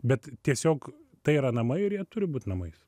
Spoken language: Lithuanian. bet tiesiog tai yra namai ir jie turi būt namais